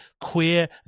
queer